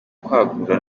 kwagura